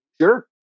Sure